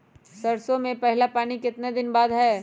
सरसों में पहला पानी कितने दिन बाद है?